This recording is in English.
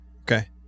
Okay